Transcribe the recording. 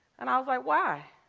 and i was like, why?